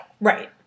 Right